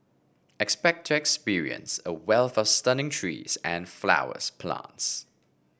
expect to experience a wealth of stunning trees and flowers plants